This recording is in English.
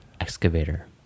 excavator